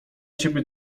ciebie